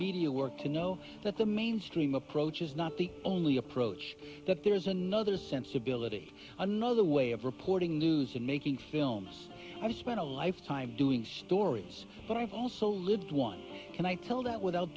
of work you know that the mainstream approach is not the only approach that there's another sensibility another way of reporting news and making sure illness i've spent a lifetime doing stories but i've also lived one can i tell that without